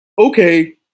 Okay